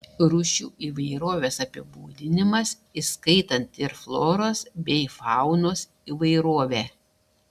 rūšių įvairovės apibūdinimas įskaitant ir floros bei faunos įvairovę